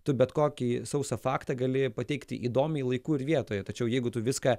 tu bet kokį sausą faktą gali pateikti įdomiai laiku ir vietoje tačiau jeigu tu viską